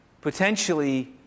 potentially